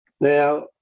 Now